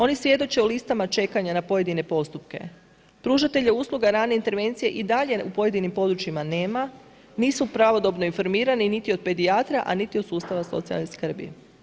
Oni svjedoče u listama čekanja na pojedine postupke, pružatelja usluga rane intervencije i dalje u pojedinim područjima nema, nisu pravodobno informirane niti od pedijatra, a niti od sustava socijalne skrbi.